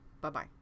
Bye-bye